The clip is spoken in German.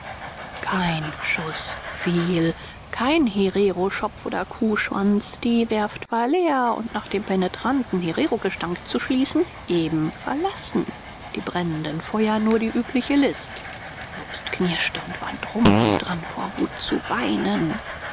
kein schuß fiel kein hereroschopf oder kuhschwanz die werft war leer und nach dem penetranten hererogestank zu schließen eben verlassen die brennenden feuer nur die übliche list jobst knirschte und war drum und dran vor wut zu weinen